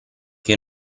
che